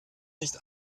nicht